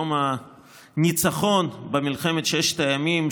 יום הניצחון במלחמת ששת הימים,